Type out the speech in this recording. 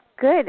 Good